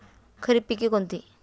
खरीप पिके कोणती?